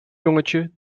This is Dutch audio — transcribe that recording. jongetje